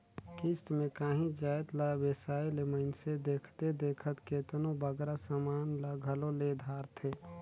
किस्त में कांही जाएत ला बेसाए ले मइनसे देखथे देखत केतनों बगरा समान ल घलो ले धारथे